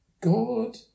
God